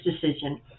decision